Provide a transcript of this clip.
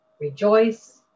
rejoice